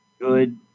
good